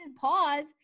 pause